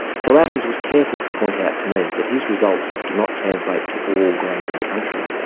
so adams was careful to point out to me that his results do not translate to all grazing country.